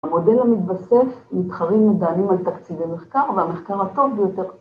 המודל המתבסס מתחרים מדענים על תקציבי מחקר והמחקר הטוב ביותר